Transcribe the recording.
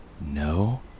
No